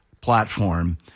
platform